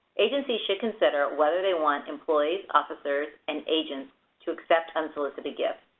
agencies should consider whether they want employees, officers, and agents to accept unsolicited gifts.